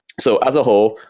so as a whole,